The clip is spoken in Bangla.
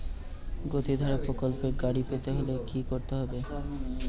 গতিধারা প্রকল্পে গাড়ি পেতে হলে কি করতে হবে?